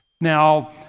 Now